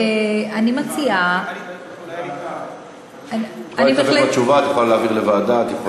את יכולה להסתפק בתשובה, את יכולה להעביר לוועדה.